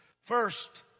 first